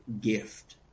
gift